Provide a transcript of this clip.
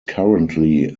currently